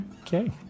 Okay